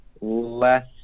less